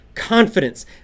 confidence